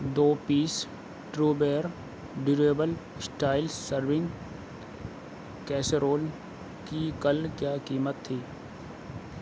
دو piece true bear durable stylish serving casserole کی کل کیا قیمت تھی